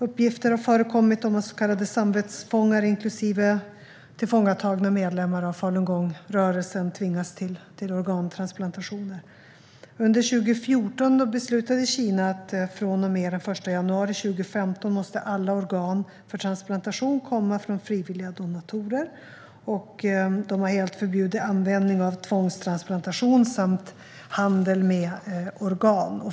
Uppgifter har förekommit om att så kallade samvetsfångar, inklusive tillfångatagna medlemmar av falungongrörelsen, tvingas till organtransplantationer. Under 2014 beslutade Kina att alla organ för transplantation måste komma från frivilliga donatorer från och med den 1 januari 2015. Man har helt förbjudit användning av tvångstransplantation samt handel med organ.